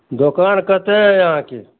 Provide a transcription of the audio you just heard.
दोकान कतय अछि अहाँके